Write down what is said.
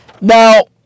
Now